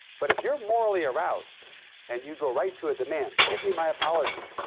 but if you're morally aroused and you go right to a demand give me my apology.